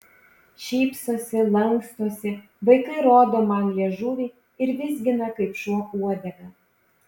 šypsosi lankstosi vaikai rodo man liežuvį ir vizgina kaip šuo uodegą